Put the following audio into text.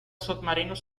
submarinos